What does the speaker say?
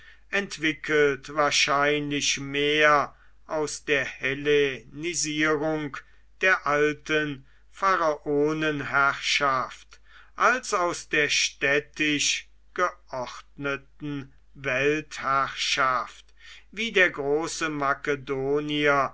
entwickelt wahrscheinlich mehr aus der hellenisierung der alten pharaonenherrschaft als aus der städtisch geordneten weltherrschaft wie der große makedonier